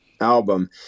album